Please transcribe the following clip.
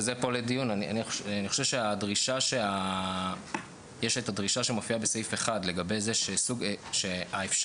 וזה לדיון יש הדרישה שמופיעה בסעיף (1) שהאפשרות